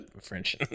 French